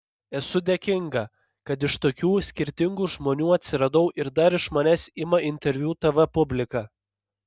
esu dėkinga kad iš tokių skirtingų žmonių atsiradau ir dar iš manęs ima interviu tv publika